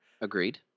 Agreed